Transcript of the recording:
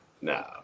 no